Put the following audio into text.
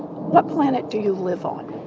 what planet do you live on?